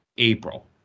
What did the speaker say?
April